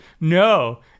No